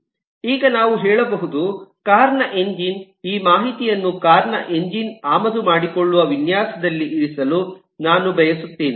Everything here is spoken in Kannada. ಈಗ ನಾವು ಹೇಳಬಹುದು ಕಾರ್ ನ ಎಂಜಿನ್ ಈ ಮಾಹಿತಿಯನ್ನು ಕಾರ್ ನ ಎಂಜಿನ್ ಆಮದು ಮಾಡಿಕೊಳ್ಳುವ ವಿನ್ಯಾಸದಲ್ಲಿ ಇರಿಸಲು ನಾನು ಬಯಸುತ್ತೇನೆ